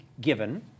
given